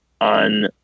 on